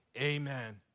amen